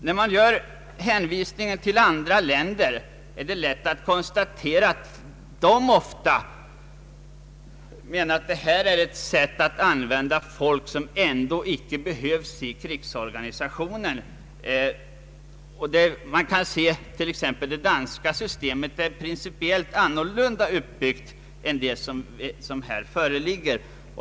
Det har gjorts hänvisningar till andra länder, men det är lätt att konstatera att andra länder ofta ser biståndsverksamhet av denna karaktär som ett sätt att använda folk som inte behövs i krigsorganisationen. Det danska systemet t.ex. är principiellt annorlunda uppbyggt än det som här föreslås.